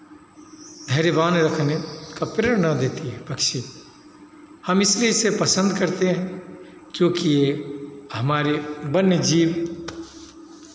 धैर्यवान रहने की प्रेरणा देती है पक्षी हम इसलिए इसे पसंद करते हैं क्योंकि ये हमारे वन्य जीव